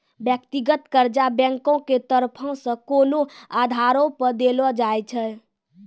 व्यक्तिगत कर्जा बैंको के तरफो से कोनो आधारो पे देलो जाय छै